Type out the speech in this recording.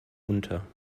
unter